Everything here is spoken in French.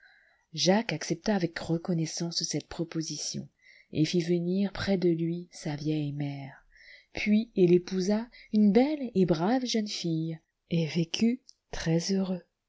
jacques accepta avec reconnaissance cette proposition et fit venir près de lui sa vieille mère puis il épousa une belle et brave jeune fille et vécut